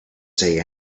say